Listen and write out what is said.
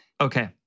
Okay